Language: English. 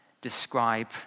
describe